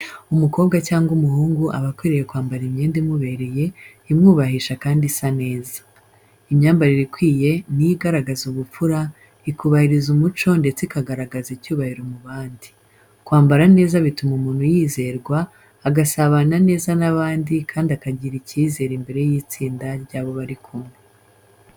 Umukobwa cyangwa umuhungu aba akwiriye kwambara imyenda imubereye, imwubahisha Kandi isa neza. Imyambarire ikwiye ni yo igaragaza ubupfura, ikubahiriza umuco ndetse ikagaragaza icyubahiro mu bandi. Kwambara neza bituma umuntu yizerwa, agasabana neza n’abandi kandi akagira icyizere imbere y’itsinda ry’abo bari kumwe.